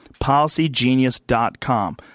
PolicyGenius.com